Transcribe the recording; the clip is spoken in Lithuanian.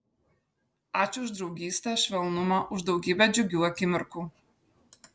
ačiū už draugystę švelnumą už daugybę džiugių akimirkų